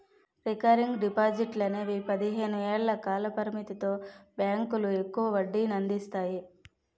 recurring డిపాజిట్లు అనేవి పదిహేను ఏళ్ల కాల పరిమితితో బ్యాంకులు ఎక్కువ వడ్డీనందిస్తాయి